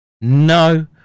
no